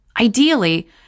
Ideally